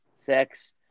sex